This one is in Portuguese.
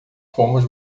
fomos